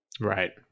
right